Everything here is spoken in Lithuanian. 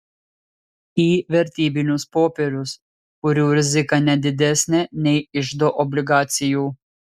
į vertybinius popierius kurių rizika ne didesnė nei iždo obligacijų